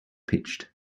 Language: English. pitched